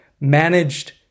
managed